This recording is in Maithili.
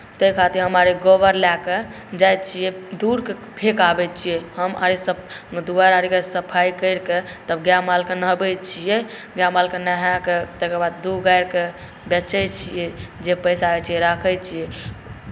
ताहि खातिर हम आओर ई गोबर लए के जाइत छियै दूर के फेक आबैत छियै हम एहिसभ दुआरि आओर के सफाइ करि के तब गाए मालके नहबैत छियै गाए मालके नहाए के तकरबाद दूध गारि के बेचैत छियै जे पैसा होइत छै राखैत छियै